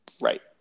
Right